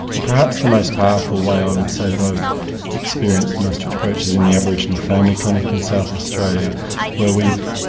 ah perhaps the most powerful way i would say that i've experienced the maastricht approach is in the aboriginal family clinic in south australia where we